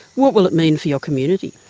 what will it mean for your community?